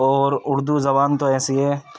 اور اردو زبان تو ایسی ہے